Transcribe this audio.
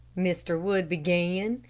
mr. wood began.